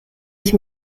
ich